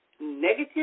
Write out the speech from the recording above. negative